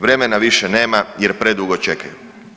Vremena više nema jer predugo čekaju.